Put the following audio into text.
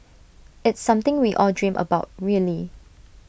it's something we all dream about really